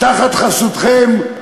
תחת חסותכם,